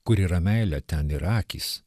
kur yra meilė ten ir akys